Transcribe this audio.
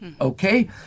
Okay